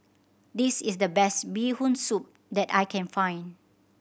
this is the best Bee Hoon Soup that I can find